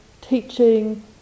teaching